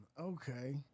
okay